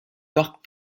parc